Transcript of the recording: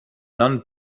non